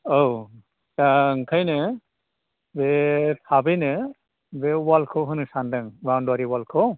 औ दा ओंखायनो बे थाबैनो बे वालखौ होनो सानदों बाउन्दारि वालखौ